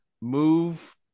move